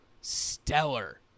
Stellar